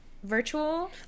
virtual